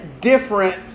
different